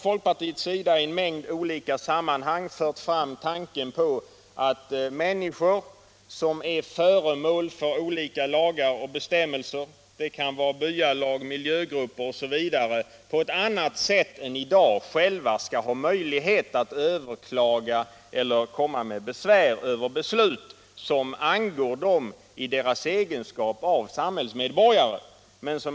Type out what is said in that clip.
Folkpartiet har i en mängd olika sammanhang framfört tanken att människor som är föremål för olika lagar och bestämmelser — byalag, miljögrupper osv. — på ett annat sätt än i dag själva skall ha möjlighet att överklaga eller komma med besvär över beslut som angår dem i deras egenskap av samhällsmedborgare.